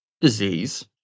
disease